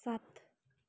सात